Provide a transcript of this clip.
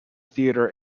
theater